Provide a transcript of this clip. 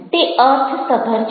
તે અર્થસભર છે